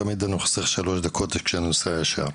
תמיד אני חוסך שלוש דקות כשאני נוסע ישר.